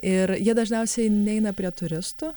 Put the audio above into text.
ir jie dažniausiai neina prie turistų